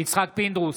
יצחק פינדרוס,